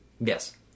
yes